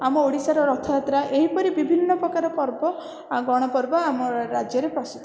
ଆମ ଓଡ଼ିଶାର ରଥଯାତ୍ରା ଏହିପରି ବିଭିନ୍ନ ପ୍ରକାର ପର୍ବ ଆଉ ଗଣପର୍ବ ଆମ ରାଜ୍ୟରେ ପ୍ରସିଦ୍ଧ